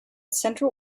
central